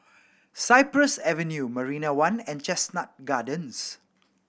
Cypress Avenue Marina One and Chestnut Gardens